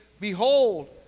Behold